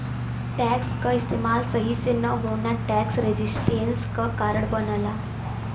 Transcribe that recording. tax क इस्तेमाल सही से न होना टैक्स रेजिस्टेंस क कारण बनला